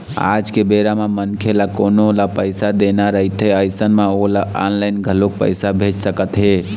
आज के बेरा म मनखे ल कोनो ल पइसा देना रहिथे अइसन म ओला ऑनलाइन घलोक पइसा भेज सकत हे